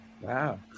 Wow